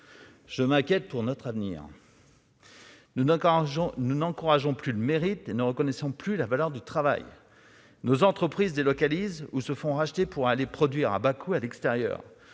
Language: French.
Je m'inquiète pour notre avenir ... Nous n'encourageons plus le mérite et ne reconnaissons plus la valeur du travail. Nos entreprises délocalisent ou se font racheter pour aller produire à bas coût à l'étranger.